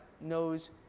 knows